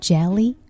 Jelly